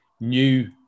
new